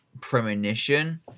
premonition